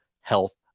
health